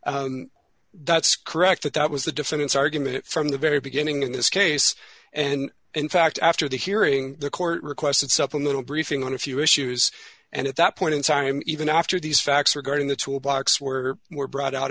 down that's correct that that was the defendant's argument from the very beginning in this case and in fact after the hearing the court requested supplemental briefing on a few issues and at that point in time even after these facts regarding the tool box were were brought out